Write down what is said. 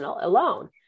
alone